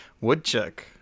woodchuck